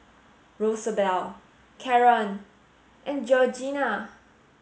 Rosabelle Caron and Georgianna